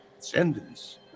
Descendants